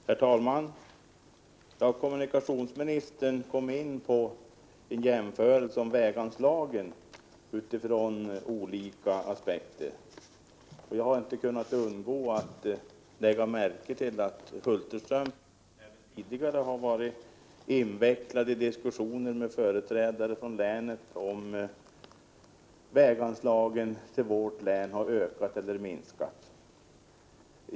Herr talman! Kommunikationsministern gör en jämförelse mellan väganslagen utifrån olika aspekter. Jag har inte kunnat undgå att lägga märke till att Sven Hulterström även tidigare har varit invecklad i diskussioner med företrädare för länet om huruvida väganslagen till vårt län har ökat eller minskat.